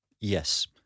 Yes